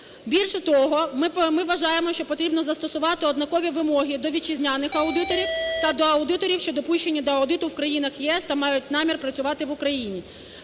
Більше того, ми вважаємо, що потрібно застосувати однакові вимоги до вітчизняних аудиторів та до аудиторів, що допущені до аудиту в країнах ЄС та мають намір працювати в Україні.